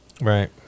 Right